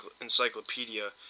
Encyclopedia